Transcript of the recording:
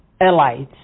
allies